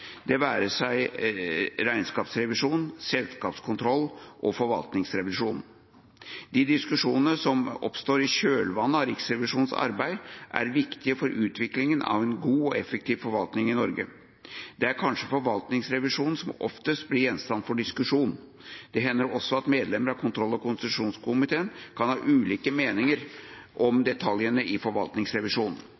det være seg regnskapsrevisjon, selskapskontroll og forvaltningsrevisjon. De diskusjonene som oppstår i kjølvannet av Riksrevisjonens arbeid, er viktige for utviklinga av en god og effektiv forvaltning i Norge. Det er kanskje forvaltningsrevisjonen som oftest blir gjenstand for diskusjon. Det hender også at medlemmene av kontroll- og konstitusjonskomiteen kan ha ulike meninger om detaljene i forvaltningsrevisjonen.